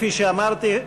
כפי שאמרתי,